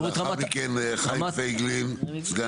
הגופים האחרים יירגעו ויבינו שבאמת עשו פה עבודה